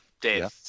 Dave